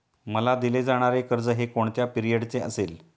मला दिले जाणारे कर्ज हे कोणत्या पिरियडचे असेल?